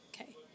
Okay